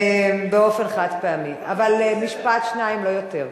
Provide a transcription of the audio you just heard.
באופן חד-פעמי, אבל משפט, שניים, לא יותר.